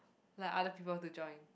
like other people to join